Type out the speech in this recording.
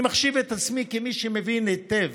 אני מחשיב את עצמי כמי שמבין היטב